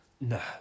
No